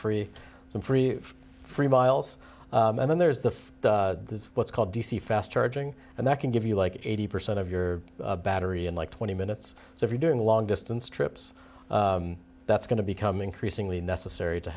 some free free miles and then there's the what's called d c fast charging and that can give you like eighty percent of your battery in like twenty minutes so if you're doing long distance trips that's going to become increasingly necessary to